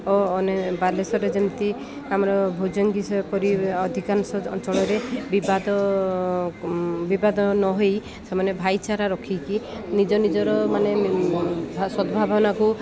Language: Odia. ଓ ଅନେକ ବାଲେଶ୍ୱର ଯେମିତି ଆମର ଭୋଜନ ବିଷୟ କରି ଅଧିକାଂଶ ଅଞ୍ଚଳରେ ବିବାଦ ବିବାଦ ନହୋଇ ସେମାନେ ଭାଇଚାରା ରଖିକି ନିଜ ନିଜର ମାନେ ସଦଭାବନାକୁ